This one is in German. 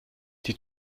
die